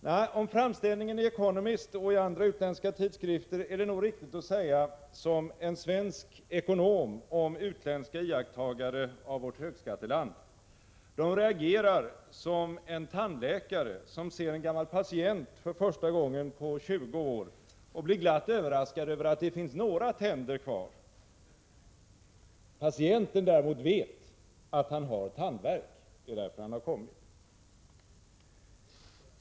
Nej, om framställningen i The Economist och i andra utländska tidskrifter är det nog riktigt att säga som en svensk ekonom om utländska iakttagare av vårt högskatteland: De reagerar som en tandläkare som ser en gammal patient för första gången på 20 år och blir glatt överraskad över att det finns några tänder kvar. Patienten däremot vet att han har tandvärk — det är därför han har kommit.